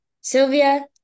Sylvia